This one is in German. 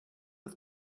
auf